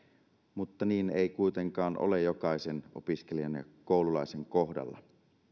mutta niin ei kuitenkaan ole jokaisen opiskelijan ja koululaisen kohdalla